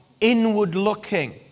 inward-looking